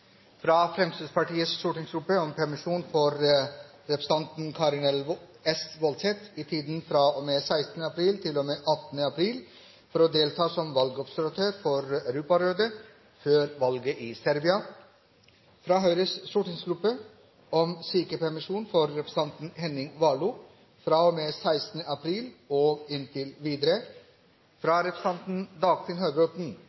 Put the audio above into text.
fra Fremskrittspartiets stortingsgruppe om permisjon for representanten Karin S. Woldseth i tiden fra og med 16. april til og med 18. april for å delta som valgobservatør for Europarådet før valget i Serbia fra Høyres stortingsgruppe om sykepermisjon for representanten Henning Warloe fra og med 16. april og inntil videre fra